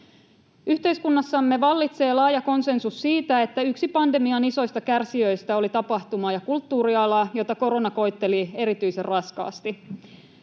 Yhteiskunnassamme vallitsee laaja konsensus siitä, että yksi pandemian isoista kärsijöistä oli tapahtuma- ja kulttuuriala, jota korona koetteli erityisen raskaasti.